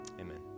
amen